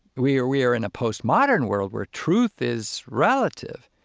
we are we are in a post-modern world where truth is relative.